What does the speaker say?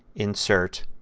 insert,